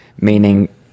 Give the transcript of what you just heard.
Meaning